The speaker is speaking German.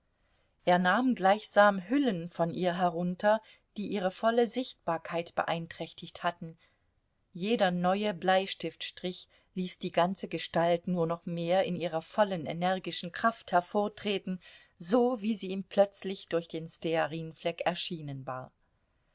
er nahm gleichsam hüllen von ihr herunter die ihre volle sichtbarkeit beeinträchtigt hatten jeder neue bleistiftstrich ließ die ganze gestalt nur noch mehr in ihrer vollen energischen kraft hervortreten so wie sie ihm plötzlich durch den stearinfleck erschienen war